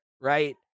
right